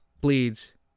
bleeds